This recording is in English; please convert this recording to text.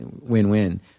win-win